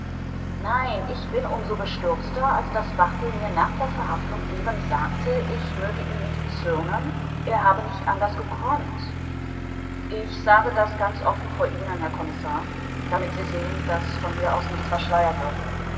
nein ich bin um so bestürzter als barthel mir nach der verhaftung eben sagte ich möge ihm nicht zürnen er habe nicht anders gekonnt ich sage das ganz offen vor ihnen herr kommissar damit sie sehen daß von hier aus nichts verschleiert wird